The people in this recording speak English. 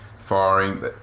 firing